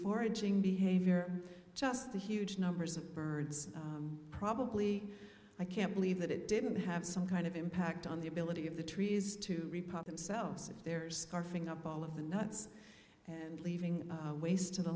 foraging behavior just the huge numbers of birds probably i can't believe that it didn't have some kind of impact on the ability of the trees to repeat themselves at their scarfing up all of the nuts and leaving waste to the